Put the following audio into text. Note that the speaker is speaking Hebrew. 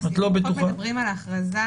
אנחנו מדברים על הכרזה,